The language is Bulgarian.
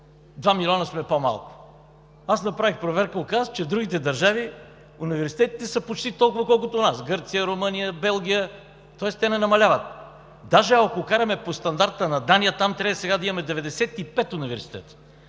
милиона по-малко. Направих проверка и се оказа, че в другите държави университетите са почти толкова, колкото у нас – в Гърция, Румъния, Белгия – тоест те не намаляват. Даже ако караме по стандарта на Дания, трябва да имаме 95 университета.